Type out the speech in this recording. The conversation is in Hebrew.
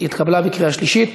התקבלה בקריאה שלישית,